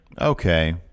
Okay